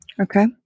okay